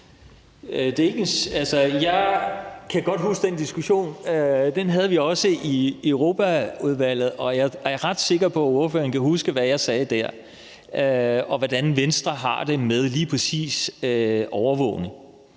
Jeg kan godt huske den diskussion. Den havde vi også i Europaudvalget, og jeg er ret sikker på, at ordføreren kan huske, hvad jeg sagde dér, og hvordan Venstre har det med lige præcis overvågning.